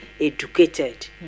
educated